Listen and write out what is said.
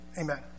Amen